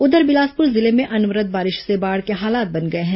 उधर बिलासपुर जिले में अनवरत बारिश से बाढ़ के हालात बन गए हैं